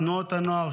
תנועות הנוער,